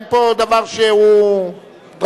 אין פה דבר שהוא דרמטי.